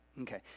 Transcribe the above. Okay